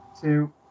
two